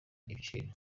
ibiciro